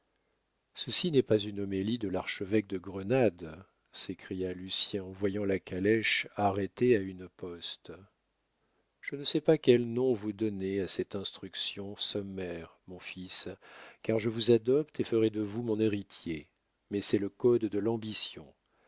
ceci n'est pas une homélie de l'archevêque de grenade s'écria lucien en voyant la calèche arrêtée à une poste je ne sais pas quel nom vous donnez à cette instruction sommaire mon fils car je vous adopte et ferai de vous mon héritier mais c'est le code de l'ambition